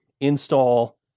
Install